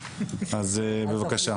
דרך אגב,